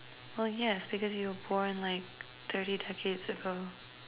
well yes because you were born like thirty decades ago